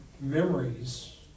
memories